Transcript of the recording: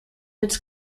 its